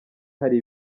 hari